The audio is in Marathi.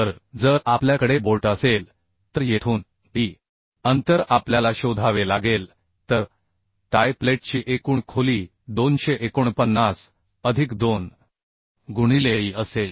तर जर आपल्याकडे बोल्ट असेल तर येथून e अंतर आपल्याला शोधावे लागेल तर टाय प्लेटची एकूण खोली 249 अधिक 2 गुणिले e असेल